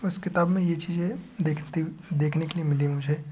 उस किताब में ये चीज़ें देखती देखने के लिए मिली मुझे